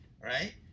Right